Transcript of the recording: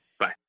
Bye